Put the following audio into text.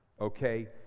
okay